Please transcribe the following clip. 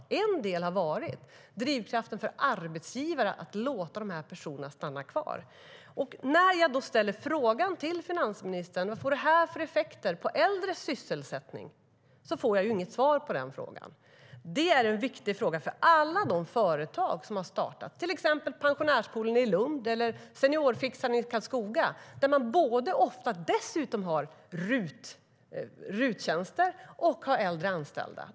EnJag ställer då frågan till finansministern: Vad får det här för effekter på äldres sysselsättning? Jag får inget svar på den frågan. Det är en viktig fråga för alla de företag som har startat, till exempel Pensionärspoolen i Lund eller Seniorfixaren i Karlskoga. Där har man dessutom ofta både RUT-tjänster och äldre anställda.